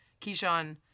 Keyshawn